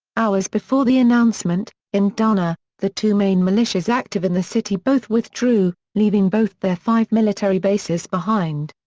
hours before the announcement, in derna, the two main militias active in the city both withdrew, leaving both their five military bases behind.